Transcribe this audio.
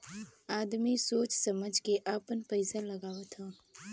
आदमी सोच समझ के आपन पइसा लगावत हौ